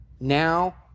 now